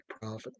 profit